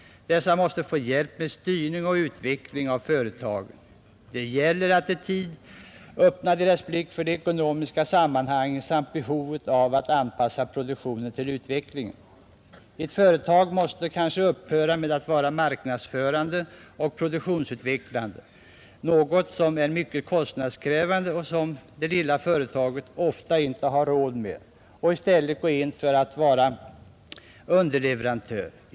Dessa måste få hjälp med styrning och utveckling av företaget. Det gäller att i tid öppna deras blick för de ekonomiska sammanhangen samt behovet av att anpassa produktionen till utvecklingen. Ett företag måste kanske upphöra med att vara marknadsförande och produktionsutvecklande — något som är mycket kostnadskrävande och som det lilla företaget ofta inte har råd med — och i stället gå in för att vara underleverantör.